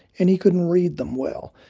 and he couldn't read them well,